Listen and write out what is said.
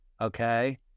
okay